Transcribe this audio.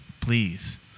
please